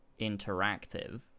interactive